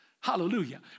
Hallelujah